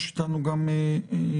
יש איתנו גם בזום.